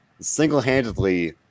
single-handedly